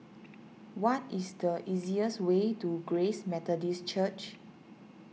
what is the easiest way to Grace Methodist Church